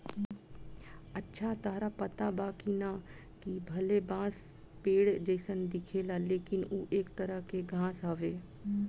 अच्छा ताहरा पता बा की ना, कि भले बांस पेड़ जइसन दिखेला लेकिन उ एक तरह के घास हवे